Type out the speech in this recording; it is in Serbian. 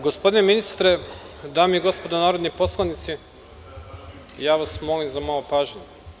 Gospodine ministre, dame i gospodo narodni poslanici, molim vas za malo pažnje.